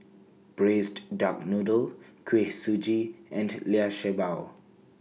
Braised Duck Noodle Kuih Suji and Liu Sha Bao